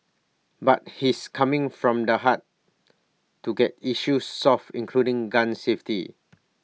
but he's coming from the heart to get issues solved including gun safety